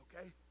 Okay